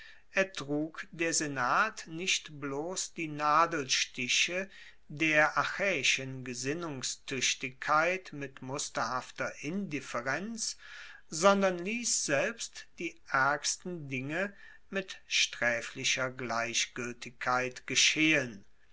ertrug der senat nicht bloss die nadelstiche der achaeischen gesinnungstuechtigkeit mit musterhafter indifferenz sondern liess selbst die aergsten dinge mit straeflicher gleichgueltigkeit geschehen